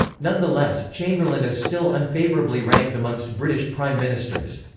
nonetheless, chamberlain is still unfavourably ranked amongst british prime ministers.